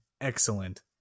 excellent